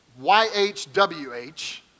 YHWH